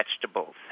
vegetables